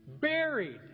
buried